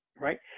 Right